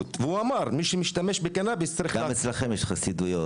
אמר שמי שמשתמש בקנביס צריך --- גם אצלכם יש חסידויות.